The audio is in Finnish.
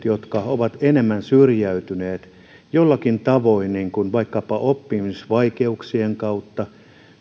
jotka ovat enemmän syrjäytyneet jollakin tavoin vaikkapa oppimisvaikeuksien kautta